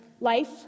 life